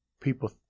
people